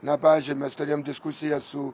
na pavyzdžiui mes turėjom diskusiją su